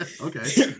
Okay